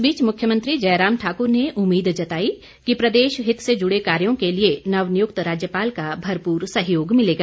इस बीच मुख्यमंत्री जयराम ठाकुर ने उम्मीद जताई कि प्रदेश हित से जुड़े कार्यो के लिए नवनियुक्त राज्यपाल भरपूर सहयोग मिलेगा